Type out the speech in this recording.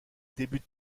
débute